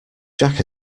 jack